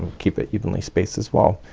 keep it evenly spaced as well.